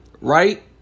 Right